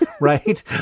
right